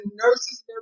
nurses